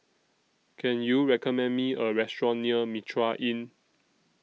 Can YOU recommend Me A Restaurant near Mitraa Inn